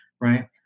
right